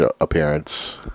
appearance